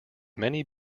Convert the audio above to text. many